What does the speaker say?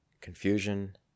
confusion